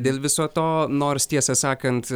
dėl viso to nors tiesą sakant